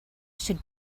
should